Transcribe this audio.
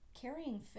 carrying